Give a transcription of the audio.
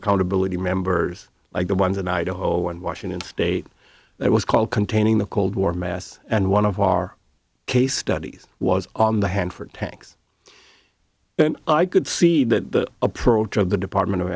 accountability members like the ones in idaho and washington state it was called containing the cold war mass and one of our case studies was on the hanford tanks and i could see that the approach of the department of